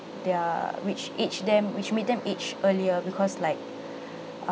their which age them which made them age earlier because like